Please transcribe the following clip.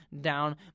down